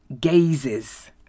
gazes